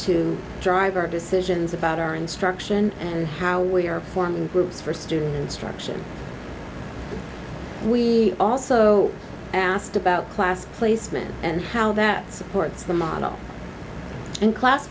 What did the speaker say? to drive our decisions about our instruction and how we are forming groups for student structure we also asked about class placement and how that supports the model and class